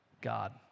God